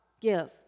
give